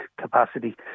capacity